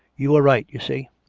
you were right, you see.